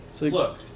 look